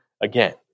again